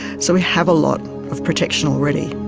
so we have a lot of protection already.